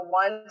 one